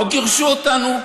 לא גירשו אותנו?